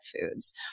foods